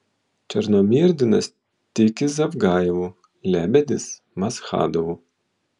černomyrdinas tiki zavgajevu lebedis maschadovu